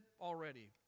already